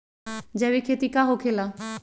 जैविक खेती का होखे ला?